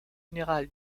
général